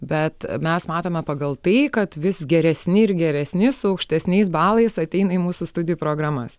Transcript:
bet mes matome pagal tai kad vis geresni ir geresni su aukštesniais balais ateina į mūsų studijų programas